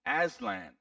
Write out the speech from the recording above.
Aslan